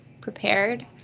prepared